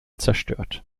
zerstört